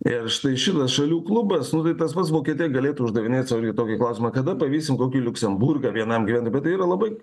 ir štai šitas šalių klubas nu tai tas pats vokietija galėtų uždavinėti sau tokį klausimą kada pavysim kokį liuksemburgą vienam gyventojui bet tai yra labai